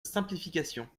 simplification